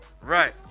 Right